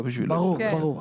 ברור.